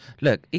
look